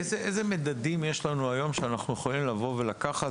אילו מדדים יש לנו היום שאנחנו יכולים לבוא ולקחת